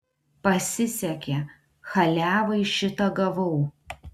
pasisekė chaliavai šitą gavau